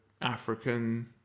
African